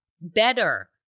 better